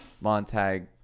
Montag